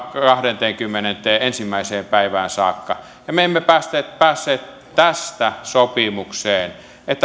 kahdenteenkymmenenteenensimmäiseen päivään saakka ja me emme päässeet päässeet tästä sopimukseen